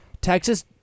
Texas